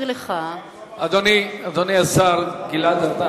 אדוני השר גלעד ארדן,